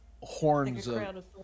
horns